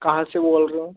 कहाँ से बोल रहे हो